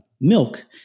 milk